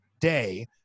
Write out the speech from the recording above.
day